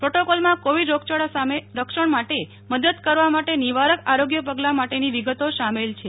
પ્રોટોકોલમાં Covid રોગચાળા સામે રક્ષણ માટે મદદ કરવા માટે નિવારક આરોગ્ય પગલા માટેની વિગતો સામેલ છે